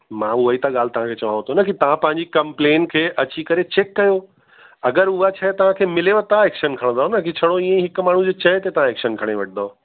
मां उहेई त ॻाल्हि तव्हां चवांव थो न की तव्हां पंहिंजी कंप्लेन खे अची करे चेक कयो अगरि हूअ शइ तव्हांखे मिलेव त एक्शन खणदव न की छड़ो ईंअ ई हिक माण्हू जे चए ते तव्हां एक्शन खणी वठदव